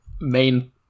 main